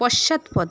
পশ্চাৎপদ